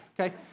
Okay